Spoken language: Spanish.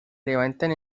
levantan